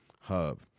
hub